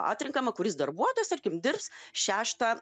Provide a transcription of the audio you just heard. atrenkama kuris darbuotojas tarkim dirbs šeštą